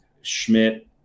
Schmidt